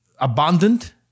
abundant